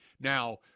Now